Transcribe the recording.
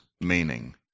meaning